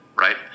right